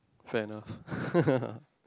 fair enough